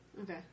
Okay